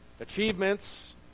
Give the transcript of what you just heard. achievements